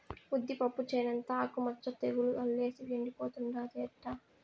ఉద్దిపప్పు చేనంతా ఆకు మచ్చ తెగులు అల్లేసి ఎండిపోతుండాదే ఎట్టా